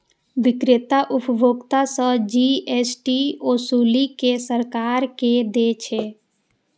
बिक्रेता उपभोक्ता सं जी.एस.टी ओसूलि कें सरकार कें दै छै